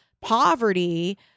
poverty